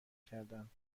کردند